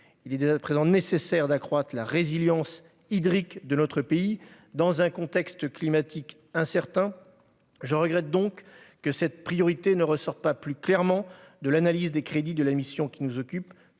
Il est dès à présent nécessaire d'accroître la résilience hydrique de notre pays, dans un contexte climatique incertain. Je regrette donc que cette priorité ne ressorte pas plus clairement de l'analyse des crédits de la mission qui nous occupe,